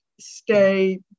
stay